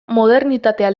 modernitatea